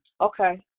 Okay